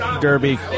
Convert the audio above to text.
derby